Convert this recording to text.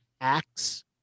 acts